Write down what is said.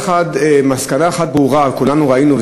מסקנה אחת ברורה: כולנו ראינו,